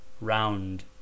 round